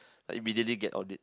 like immediately get audit